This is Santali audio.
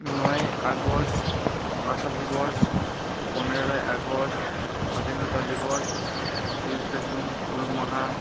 ᱱᱚᱭᱮᱭ ᱟᱜᱚᱥᱴ ᱵᱷᱟᱥᱟ ᱫᱤᱵᱚᱥ ᱯᱚᱱᱮᱨᱳᱭ ᱟᱜᱚᱥᱴ ᱥᱟᱫᱷᱤᱱᱚᱛᱟ ᱫᱤᱵᱚᱥ ᱛᱤᱨᱤᱥᱮ ᱡᱩᱱ ᱦᱩᱞ ᱢᱟᱦᱟ